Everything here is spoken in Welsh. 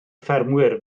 ffermwyr